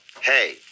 Hey